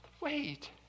Wait